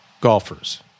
golfers